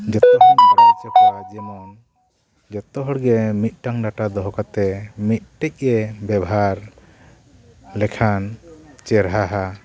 ᱡᱚᱛᱚ ᱜᱮᱧ ᱵᱟᱲᱟᱭ ᱚᱪᱚ ᱠᱚᱣᱟ ᱡᱮᱢᱚᱱ ᱡᱚᱛᱚ ᱦᱚᱲ ᱜᱮ ᱢᱤᱫᱴᱟᱝ ᱰᱟᱴᱟ ᱫᱚᱦᱚ ᱠᱟᱛᱮ ᱢᱤᱫᱴᱤᱡ ᱜᱮ ᱵᱮᱵᱷᱟᱨ ᱞᱮᱠᱷᱟᱱ ᱪᱮᱨᱦᱟ ᱦᱟ